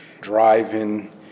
Driving